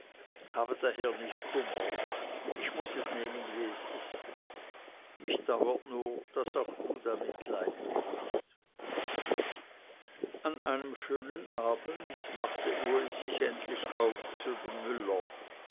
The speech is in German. habe daher nicht kummer ich muß es nehmen wie es ist mich dauert nur daß auch du damit leiden mußt an einem schönen abend machte uli sich endlich auf zu dem müller